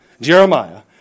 Jeremiah